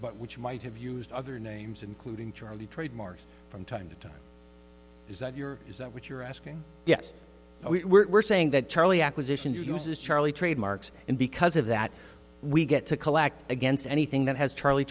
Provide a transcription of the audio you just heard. which might have used other names including charlie trademark from time to time is that your is that what you're asking yes we were saying that charlie acquisition to us is charlie trademarks and because of that we get to collect against anything that has charlie